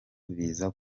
biza